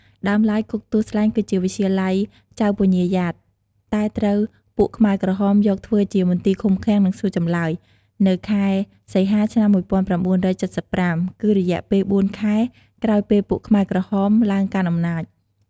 ដើមឡើយ គុកទួលស្លែង គឺជាវិទ្យាល័យចៅពញ្ញាយ៉ាត តែត្រូវពួកខ្មែរក្រហមយកធ្វើជាមន្ទីរឃុំឃាំង និងសួរចម្លើយ នៅខែសីហាឆ្នាំ១៩៧៥ គឺរយៈពេល៤ខែក្រោយពេលពួកខ្មែរក្រហមឡើងកាន់អំណាច។